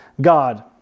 God